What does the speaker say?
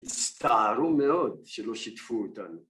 הצטערו מאד שלא שיתפו אותנו